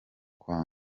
kwa